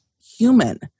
human